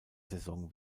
saison